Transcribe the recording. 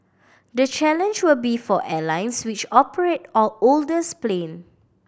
the challenge will be for airlines which operate older planes